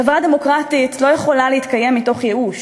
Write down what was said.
חברה דמוקרטית לא יכולה להתקיים מתוך ייאוש